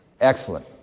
excellent